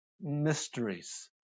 mysteries